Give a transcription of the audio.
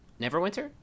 Neverwinter